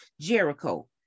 Jericho